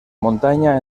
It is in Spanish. montaña